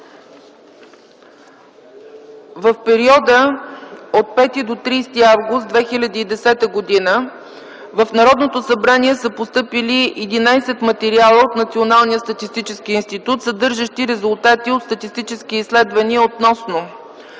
В периода от 5 до 30 август 2010 г. в Народното събрание са постъпили 11 материала от Националния статистически институт, съдържащи резултати от статистически изследвания относно: